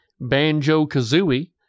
Banjo-Kazooie